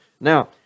Now